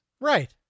Right